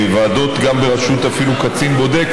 אפילו בראשות קצין בודק,